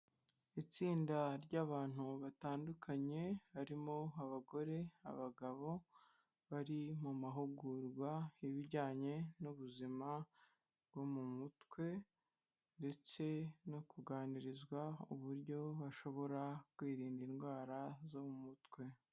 Itsinda ry'abantu batandukanye harimo abagore, abagabo bari mu mahugurwa y'ibijyanye n'ubuzima bwo mu mutwe ndetse no kuganirizwa uburyo bashobora kwirinda indwara zo mu mutwe.